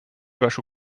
вашу